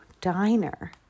diner